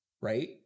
Right